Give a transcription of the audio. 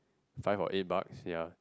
five or eight bucks ya